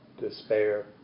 despair